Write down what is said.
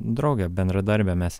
drauge bendradarbe mes